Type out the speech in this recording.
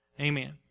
Amen